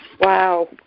Wow